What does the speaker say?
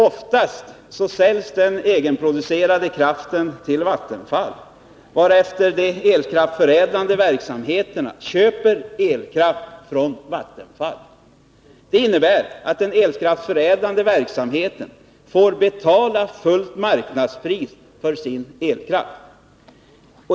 Oftast säljs den egenproducerade kraften till Vattenfall, varefter de elkraftsförädlande företagen köper elkraft från Vattenfall. Det innebär att den elkraftsförädlande verksamheten får betala fullt marknadspris för sin elkraft.